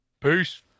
Peace